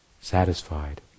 satisfied